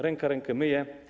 Ręka rękę myje.